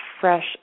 fresh